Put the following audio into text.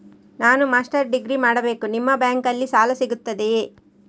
ನಾನು master degree ಮಾಡಬೇಕು, ನಿಮ್ಮ ಬ್ಯಾಂಕಲ್ಲಿ ಸಾಲ ಸಿಗುತ್ತದೆಯೇ?